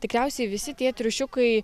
tikriausiai visi tie triušiukai